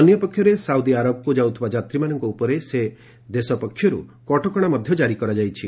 ଅନ୍ୟପକ୍ଷରେ ସାଉଦିଆରବକୁ ଯାଉଥିବା ଯାତ୍ରୀମାନଙ୍କ ଉପରେ ସେ ଦେଶ ପକ୍ଷରୁ କଟକଣା ଜାରି କରାଯାଇଛି